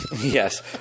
Yes